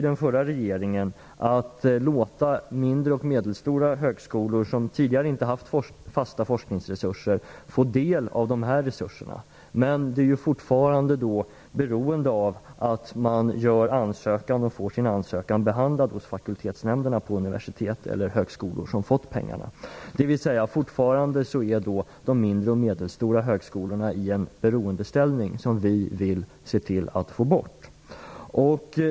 Den förra regeringen gjorde det möjligt för mindre och medelstora högskolor som tidigare inte haft fasta forskningsresurser att få del av detta anslag, men deras ansökan måste fortfarande behandlas av fakultetsnämnderna på de universitet och högskolor som har fått tillgång till dessa pengar. Det betyder att de mindre och medelstora högskolorna fortfarande är i en beroendeställning som vi vill få avskaffad.